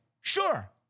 Sure